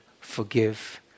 forgive